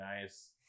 nice